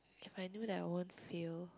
if I knew that I won't fail